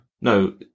no